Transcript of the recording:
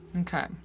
Okay